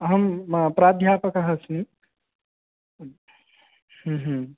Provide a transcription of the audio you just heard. अहं प्राध्यापकः अस्मि